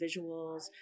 visuals